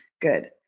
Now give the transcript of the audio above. good